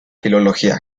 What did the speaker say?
filología